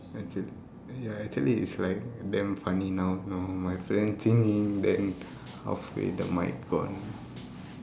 that's it ya actually it's like damn funny now you know my friend singing then halfway the mic gone